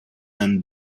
and